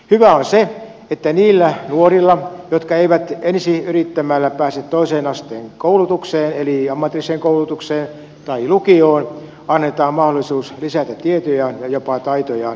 hyvää on se että niille nuorille jotka eivät ensiyrittämällä pääse toisen asteen koulutukseen eli ammatilliseen koulutukseen tai lukioon annetaan mahdollisuus lisätä tietojaan ja jopa taitojaan lisäopinnoilla